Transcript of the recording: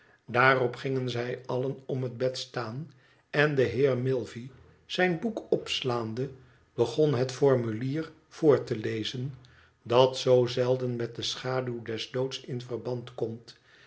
daarop gingen zij allen om het bed staan en de heer milvey zijn boek opslaande begon het formulier voor te lezen dat zoo zelden met de schaduw des doods in verband komt